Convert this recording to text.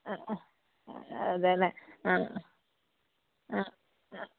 ആ അതെ അല്ലേ ആ ആ ആ